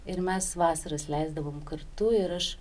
ir mes vasaras leisdavom kartu ir aš